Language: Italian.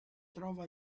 trova